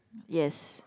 yes